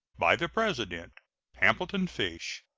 by the president hamilton fish,